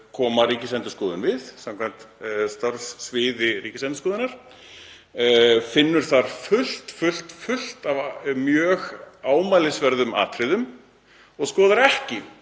koma Ríkisendurskoðun við samkvæmt starfssviði Ríkisendurskoðunar, finnur þar fullt, fullt, fullt af mjög ámælisverðum atriðum og skoðar ekki